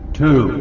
two